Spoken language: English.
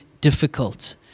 difficult